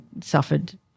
suffered